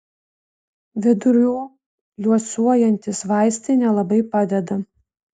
vidurių liuosuojantys vaistai nelabai padeda